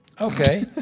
Okay